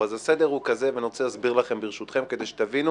הסדר הוא כזה אני רוצה להסביר לכם, כדי שתבינו